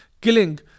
killing